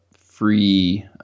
free